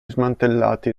smantellati